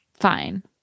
Fine